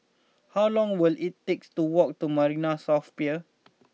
how long will it takes to walk to Marina South Pier